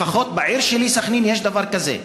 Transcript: לפחות בעיר שלי, סח'נין, יש דבר כזה.